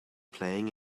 playing